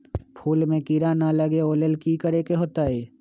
फूल में किरा ना लगे ओ लेल कि करे के होतई?